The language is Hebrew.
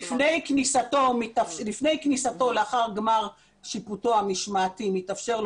לפני כניסתו לאחר גמר שיפוטו המשמעתי מתאפשרת